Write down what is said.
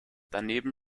daneben